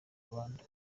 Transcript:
rwanda